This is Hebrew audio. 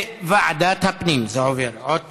עוד פעם.